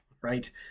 right